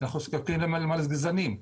למלגזנים,